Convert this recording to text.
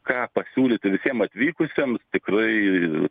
ką pasiūlyti visiem atvykusiem tikrai